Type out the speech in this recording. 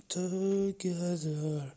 together